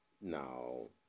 no